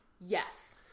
Yes